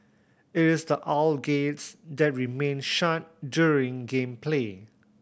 it is the aisle gates that remain shut during game play